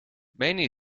many